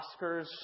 Oscars